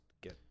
get